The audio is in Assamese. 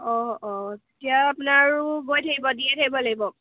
অঁ অঁ এতিয়া আপোনাৰো গৈ থাকিব দিয়ে থাকিব লাগিব